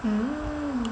hmm